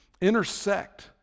intersect